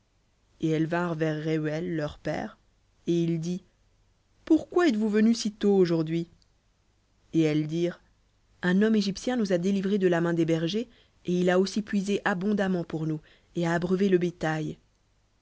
et elles vinrent vers rehuel leur père et il dit pourquoi êtes-vous venues sitôt aujourdhui et elles dirent un homme égyptien nous a délivrées de la main des bergers et il a aussi puisé abondamment pour nous et a abreuvé le bétail